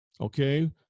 okay